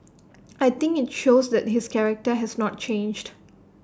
I think IT shows that his character has not changed